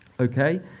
Okay